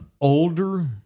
older